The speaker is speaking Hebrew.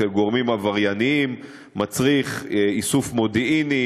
אצל גורמים עברייניים מצריכה איסוף מודיעיני